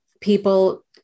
people